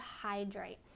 hydrate